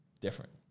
different